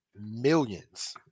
millions